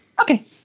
Okay